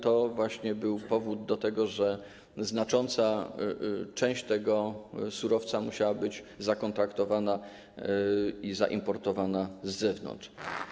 To właśnie było powodem tego, że znacząca część tego surowca musiała być zakontraktowana i zaimportowana z zewnątrz.